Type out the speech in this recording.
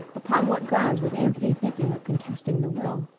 upon what grounds was anthony thinking of contesting the will?